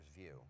view